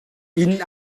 inn